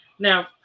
Now